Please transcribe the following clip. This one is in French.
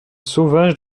sauvage